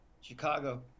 Chicago